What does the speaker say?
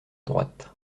droite